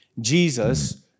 Jesus